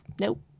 nope